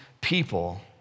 people